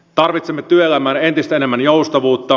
tarvitsemme työelämään entistä enemmän joustavuutta